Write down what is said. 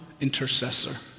intercessor